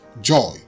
joy